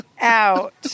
out